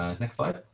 ah next slide.